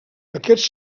aquest